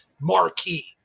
marquee